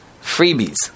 freebies